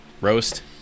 roast